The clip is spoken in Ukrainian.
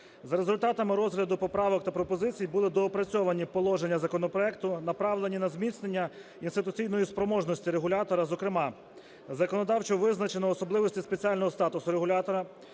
За результатами розгляду поправок та пропозицій були доопрацьовані положення законопроекту, направлені на зміцнення інституційної спроможності регулятора. Зокрема, законодавчо визначено особливості спеціального статусу регулятора,